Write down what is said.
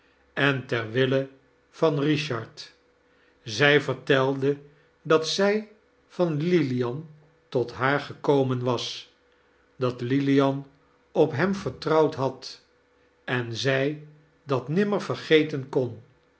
en ter wdlle van richard zij vertelde dat zij van lilian tot haar gekomen was dat lilian op hem vertrouwd had en zij dat ndmmer vergeten kon